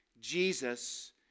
Jesus